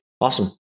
Awesome